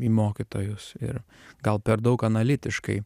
į mokytojus ir gal per daug analitiškai